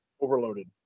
overloaded